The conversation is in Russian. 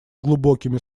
глубокими